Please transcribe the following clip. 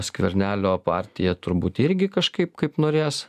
skvernelio partija turbūt irgi kažkaip kaip norės